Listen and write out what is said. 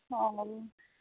ହଁ ହଉ